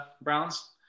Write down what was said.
Browns